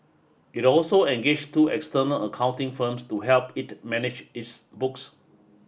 it also engaged two external accounting firms to help it manage its books